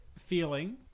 feeling